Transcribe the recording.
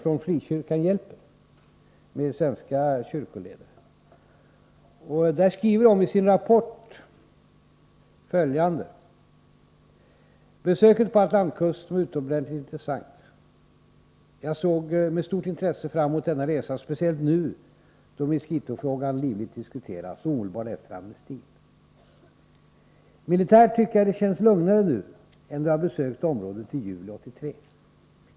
Det var svenska kyrkoledare från Frikyrkan hjälper, som i sin rapport skriver följande: ”Besöket på atlantkusten var utomordentligt intressant. Jag såg med stort intresse fram emot denna resa speciellt nu då miskitofrågan livligt diskuteras och omedelbart efter amnestin. Militärt tycker jag att det kändes lugnare nu än då jag besökte området i juli-83.